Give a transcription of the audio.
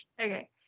Okay